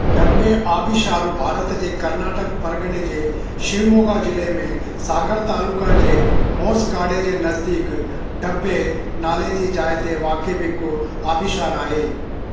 डब्बे आबिशारु भारत जे कर्नाटक परगिणे जे शिवमोगा जिले में सागर तालुका जे होसगाडे जे नज़दीकु डब्बे नाले जी जाइ ते वाक़िअ हिकु आबिशारु आहे